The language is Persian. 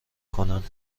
کنند